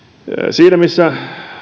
siinä missä